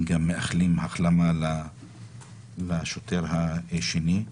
אנחנו גם מאחלים החלמה לשוטר השני.